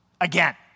again